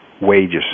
wages